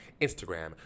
Instagram